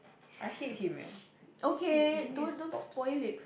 I hate him eh he just need he needs to stops